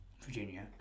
Virginia